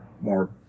more